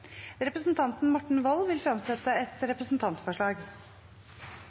Representanten Morten Wold vil fremsette et representantforslag.